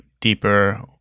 deeper